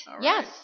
Yes